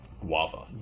Guava